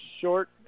short